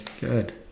Good